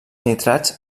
nitrats